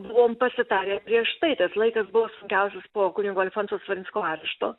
buvom pasitarę prieš tai tas laikas buvo sunkiausias po kunigo alfonso svarinsko arešto